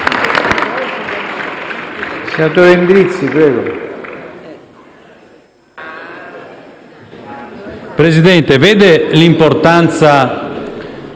Presidente, vede l'importanza